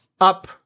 up